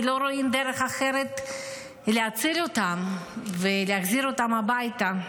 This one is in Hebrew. כי לא רואים דרך אחרת להציל אותם ולהחזיר אותם הביתה.